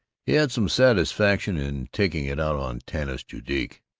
he had some satisfaction in taking it out on tanis judique.